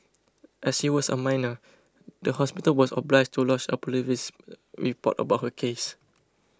as she was a minor the hospital was obliged to lodge a police report about her case